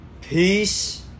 peace